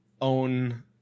own